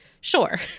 sure